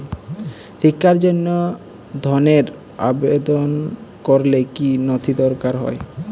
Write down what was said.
শিক্ষার জন্য ধনের আবেদন করলে কী নথি দরকার হয়?